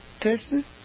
person